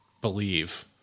believe